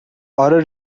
آره